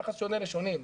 יחס שונה לשונים,